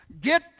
Get